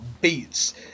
beats